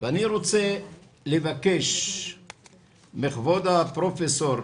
ואני רוצה לבקש מכבוד הפרופסור